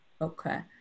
Okay